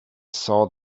saw